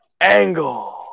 Angle